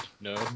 No